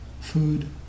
food